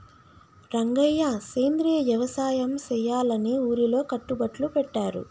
రంగయ్య సెంద్రియ యవసాయ సెయ్యాలని ఊరిలో కట్టుబట్లు పెట్టారు